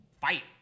fight